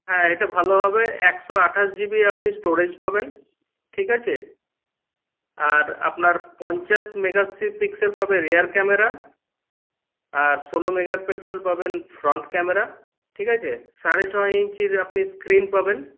হ্যাঁ এটা ভালো হবে একশো আঠাশ জিবি আপনি স্টোরেজ পাবেন ঠিক আছে আর আপনার পঞ্চাশ মেগাপিক্সেল পাবেন রিয়ার ক্যামেরা আর ষোলো মেগাপিক্সেল পাবেন ফ্রন্ট ক্যামেরা ঠিক আছে সারে ছ ইঞ্চির আপনি স্ক্রিন পাবেন